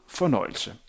fornøjelse